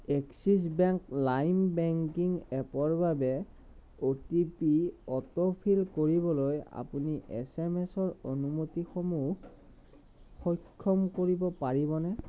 axis Bank Lime banking এপৰ বাবে O T P autofill কৰিবলৈ আপুনি এছ এম এছ ৰ অনুমতিসমূহ সক্ষম কৰিব পাৰিবনে